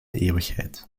eeuwigheid